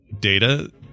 data